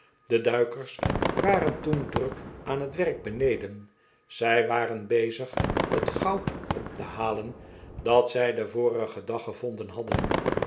de duikers waren toen druk aan t werk beneden zij waren bezig t goud op te halen dat zij den vorigen dag gevonden hadden